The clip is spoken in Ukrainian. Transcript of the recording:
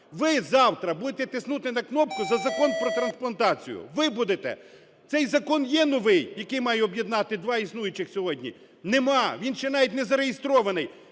Ви завтра будете тиснути на кнопку за Закон про трансплантацію, ви будете. Цей закон є новий, який має об'єднати два існуючих сьогодні? Нема. Він ще навіть не зареєстрований.